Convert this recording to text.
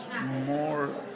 more